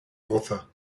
author